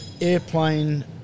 airplane